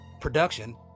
production